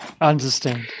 Understand